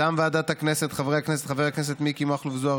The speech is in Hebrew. מטעם ועדת הכנסת: חבר הכנסת מיקי מכלוף זוהר,